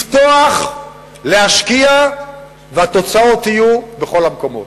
לפתוח, להשקיע, והתוצאות יהיו בכל המקומות.